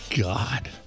God